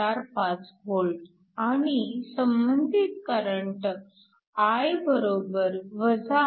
45V आणि संबंधित current I 13